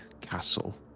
castle